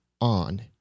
on